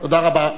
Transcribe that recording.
תודה רבה.